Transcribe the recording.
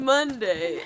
Monday